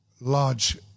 large